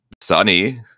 sunny